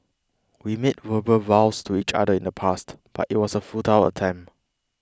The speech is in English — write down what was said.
we made verbal vows to each other in the past but it was a futile attempt